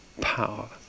power